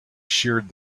sheared